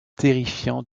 terrifiant